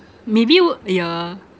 maybe wou~ yeah